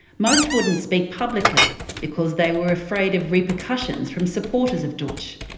most wouldn't speak publicly because they were afraid of repercussions from supporters of dootch.